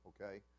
okay